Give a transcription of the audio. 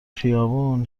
خیابون